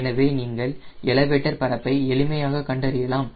எனவே நீங்கள் எலவேட்டர் பரப்பை எளிமையாக கண்டறியலாம்